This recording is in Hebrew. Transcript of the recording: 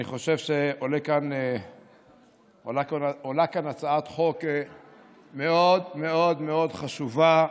אני חושב שעולה כאן הצעת חוק מאוד מאוד מאוד חשובה,